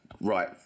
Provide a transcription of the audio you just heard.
right